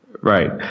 Right